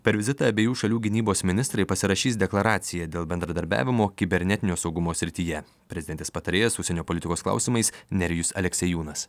per vizitą abiejų šalių gynybos ministrai pasirašys deklaraciją dėl bendradarbiavimo kibernetinio saugumo srityje prezidentės patarėjas užsienio politikos klausimais nerijus aleksiejūnas